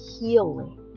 healing